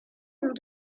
ont